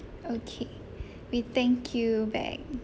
okay we thank you back